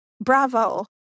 bravo